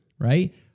right